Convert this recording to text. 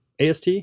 AST